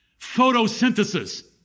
Photosynthesis